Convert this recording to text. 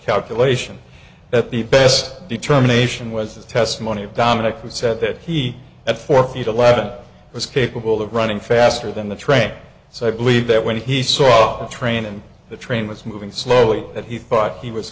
calculation at the best determination was the testimony of dominic who said that he at four feet a lad was capable of running faster than the train so i believe that when he saw the train and the train was moving slowly at he thought he was